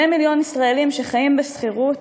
2 מיליון ישראלים שחיים בשכירות